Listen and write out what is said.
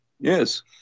Yes